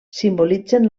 simbolitzen